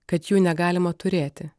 kad jų negalima turėti